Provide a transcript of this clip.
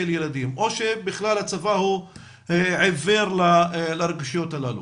ילדים או שבכלל הצבא הוא עיוור לרגישויות הללו?